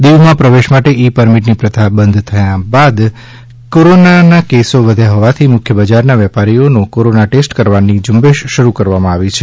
દિવમાં પ્રવેશ માટે ઈ પરમીટની પ્રથા બંધ થયા બાદ કોરોના કેસ વધ્યા હોવાથી મુખ્ય બજાર ના વેપારીઓનો કોરોના ટેસ્ટ કરવાની ઝુંબેશ શરૂ કરવામાં આવી છે